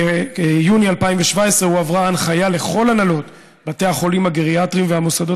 ביוני 2017 הועברה הנחיה לכל הנהלות בתי החולים הגריאטריים והמוסדות